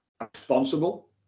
responsible